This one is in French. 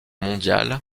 mondiale